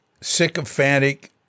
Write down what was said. sycophantic